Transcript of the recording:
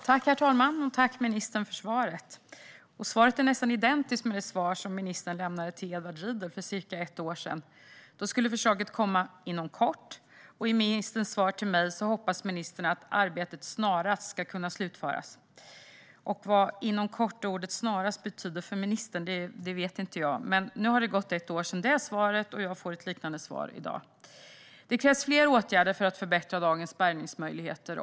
Herr talman! Tack, ministern, för svaret! Svaret är nästan identiskt med det svar som ministern lämnade till Edward Riedl för cirka ett år sedan. Då skulle förslaget komma inom kort. I ministerns svar till mig hoppas ministern att arbetet snarast ska kunna slutföras. Vad orden "inom kort" och "snarast" betyder för ministern vet inte jag. Men nu har det gått ett år sedan det förra svaret, och jag får ett liknande svar i dag. Det krävs fler åtgärder för att förbättra dagens bärgningsmöjligheter.